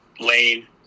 lane